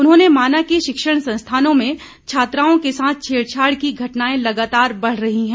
उन्होंने माना की शिक्षण संस्थानों में छात्राओं के साथ छेड़छाड़ की घटनाएं लगातार बढ़ रही है